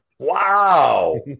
wow